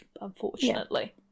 unfortunately